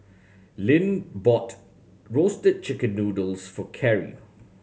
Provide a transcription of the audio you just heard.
Lynn bought roasted chicken noodles for Carri